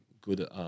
good